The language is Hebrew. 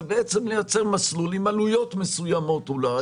זה בעצם לייצר מסלול עם עלויות מסוימות אולי